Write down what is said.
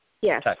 Yes